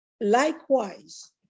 Likewise